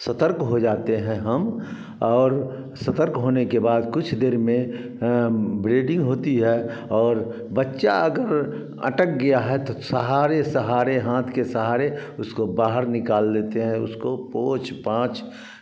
सतर्क हो जाते हैं हम और सतर्क होने के बाद कुछ देर में ब्रीडिंग होती है और बच्चा अगर अटक गया है तो सहारे सहारे हाथ के सहारे उसको बाहर निकाल लेते हैं उसको पोछ पाँछ